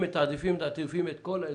אם מתעדפים, מתעדפים את כל האזורים.